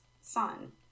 son